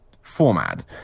format